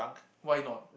why not